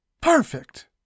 perfect